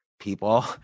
people